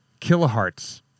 kilohertz